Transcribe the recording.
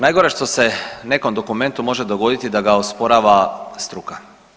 Najgore što se nekom dokumentu može dogoditi da ga osporava struka.